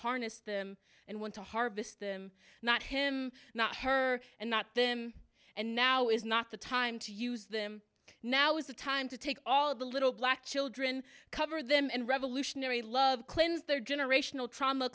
harness them and want to harvest them not him not her and not them and now is not the time to use them now is the time to take all the little black children cover them and revolutionary love cleanse their generational trauma